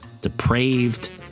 depraved